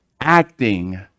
Acting